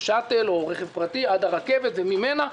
שאטל או רכב פרטי עד הרכבת וממנה,